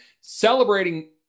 celebrating